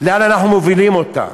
לאן אנחנו מובילים אותה.